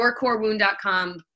YourCoreWound.com